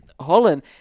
Holland